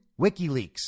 WikiLeaks